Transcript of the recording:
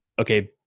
okay